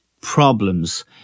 problems